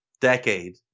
decade